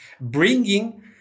bringing